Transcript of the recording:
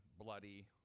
Bloody